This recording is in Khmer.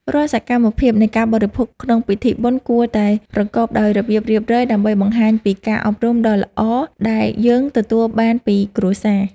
រាល់សកម្មភាពនៃការបរិភោគក្នុងពិធីបុណ្យគួរតែប្រកបដោយរបៀបរៀបរយ ដើម្បីបង្ហាញពីការអប់រំដ៏ល្អដែលយើងទទួលបានពីគ្រួសារ។